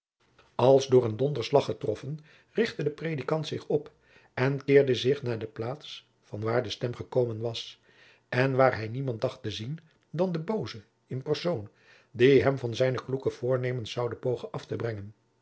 als door een donderslag getroffen richtte de predikant zich op en keerde zich naar de plaats vanwaar de stem gekomen was en waar hij niemand dacht te zien dan den booze in persoon die hem van zijne kloeke voornemens zoude pogen af te brengen